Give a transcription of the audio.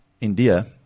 India